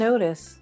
Notice